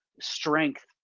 strength